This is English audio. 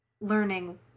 learning